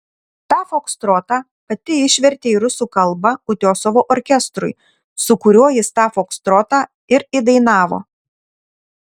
tą fokstrotą pati išvertė į rusų kalbą utiosovo orkestrui su kuriuo jis tą fokstrotą ir įdainavo